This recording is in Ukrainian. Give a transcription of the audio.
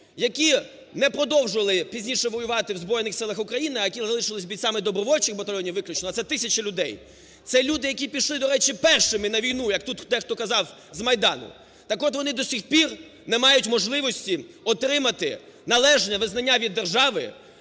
які не продовжили пізніше воювати в Збройних Силах України, а які залишилися бійцями добровольчих батальйонів виключно, а це тисяча людей, це люди, які пішли, до речі, першими на війну, як тут дехто казав, з Майдану, так от вони до сих пір не мають можливості отримати належне визнання від держави,